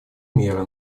меры